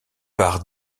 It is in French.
par